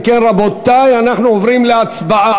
אם כן, רבותי, אנחנו עוברים להצבעה.